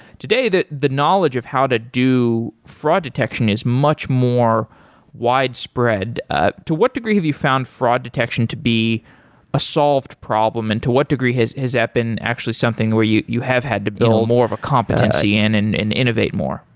today, the the knowledge of how to do fraud detection is much more so ah to what degree have you found fraud detection to be a solved problem and to what degree has has that been actually something where you you have had to build more of a competency and and and innovate more?